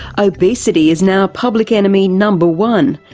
obesity is now public enemy number one.